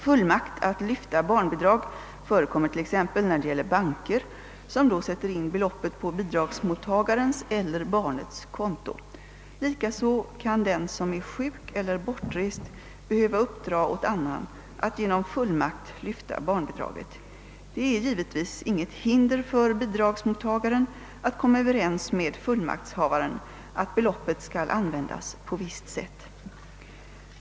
Fullmakt att lyfta barnbidrag förekommer t.ex. när det gäller banker, som då sätter in beloppet på bidragsmottagarens eller barnets konto. Likaså kan den som är sjuk eller bortrest be höva uppdra åt annan att genom fullmakt lyfta barnbidraget. Det är givetvis inget hinder för bidragsmottagaren att komma överens med fullmaktshavaren att beloppet skall användas på visst sätt.